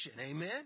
Amen